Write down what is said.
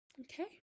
Okay